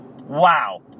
Wow